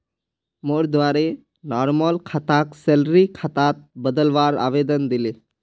मोर द्वारे नॉर्मल खाताक सैलरी खातात बदलवार आवेदन दिले